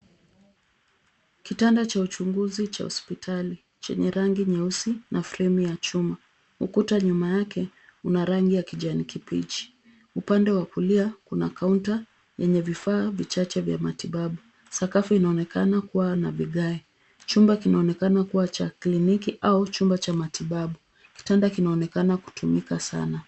Kitanda cha uchunguzi cha hospitali chenye rangi nyeusi na fremu ya chuma. Ukuta nyuma yake una rangi tya kijani kibichi, upande wa kulia kuna kaunta yenye vifaa vichache vya matibabu, sakafu inaonekana kuwa na vigae, chumba kinaonekana kuwa cha kliniki au chumba cha matibabu. Kitanda kinaonekana kutumika sana.